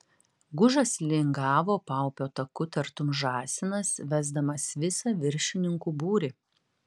gužas lingavo paupio taku tartum žąsinas vesdamas visą viršininkų būrį